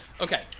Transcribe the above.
Okay